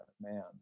man